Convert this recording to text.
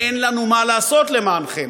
אין לנו מה לעשות למענכם.